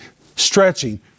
stretching